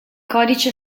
codice